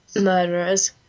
Murderers